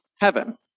heaven